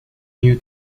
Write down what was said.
new